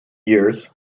years